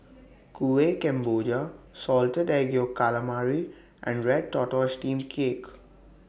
Kueh Kemboja Salted Egg Yolk Calamari and Red Tortoise Steamed Cake